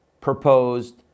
proposed